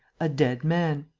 a dead man.